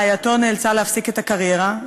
רעייתו נאלצה להפסיק את הקריירה,